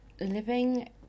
living